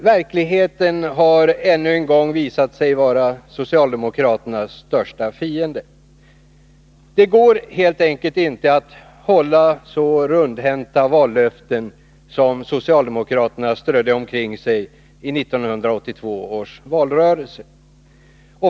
Verkligheten har ännu en gång visat sig vara socialdemokraternas största fiende. Det går helt enkelt inte att hålla så rundhänta vallöften som socialdemokraterna strödde omkring sig i 1982 års valrörelse.